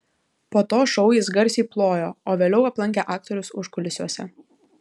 po to šou jis garsiai plojo o vėliau aplankė aktorius užkulisiuose